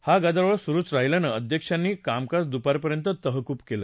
हा गदारोळ सुरूच राहिल्यानं अध्यक्षांनी कामकाज दुपारपर्यंत तहकूब केलं